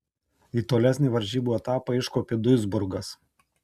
į tolesnį varžybų etapą iškopė duisburgas